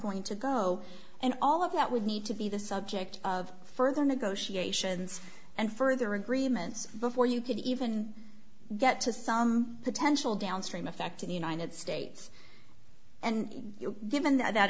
going to go and all of that would need to be the subject of further negotiations and further agreements before you could even get to some potential downstream effect in the united states and given that